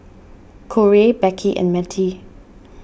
Korey Becky and Mettie